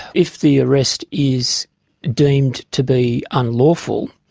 if the arrest is deemed to be unlawful,